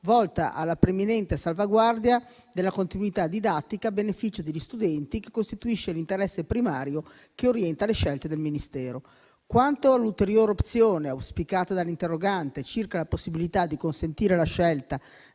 volta alla preminente salvaguardia della continuità didattica a beneficio degli studenti, che costituisce l'interesse primario che orienta le scelte del Ministero. Quanto all'ulteriore opzione auspicata dall'interrogante, circa la possibilità di consentire la scelta